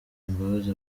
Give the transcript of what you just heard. imbabazi